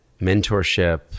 mentorship